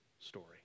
story